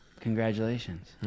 congratulations